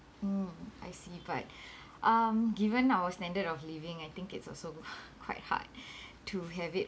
mm I see but um given our standard of living I think it's also quite hard to have it